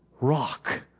rock